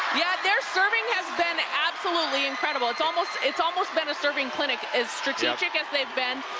yeah their serving has been absolutely incredible. it's almost it's almost been a serving clinic. as strategic as they've been,